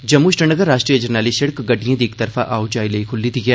जम्मू श्रीनगर राष्ट्रीय जरनैली सिड़क गड्डियें दी इक तरफा आओ जाई लेई खुल्ली ऐ